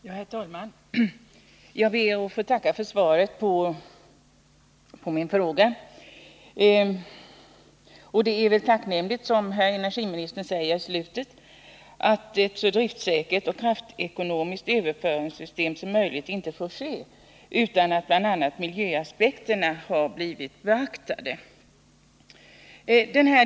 Herr talman! Jag ber att få tacka för svaret på min fråga. Det är tacknämligt att energiministern i slutet av sitt svar säger att ett utbyggt överföringssystem i syfte att erhålla ett så driftsäkert och kraftekonomiskt överföringssystem som möjligt inte får införas utan att bl.a. miljöaspekterna har blivit beaktade.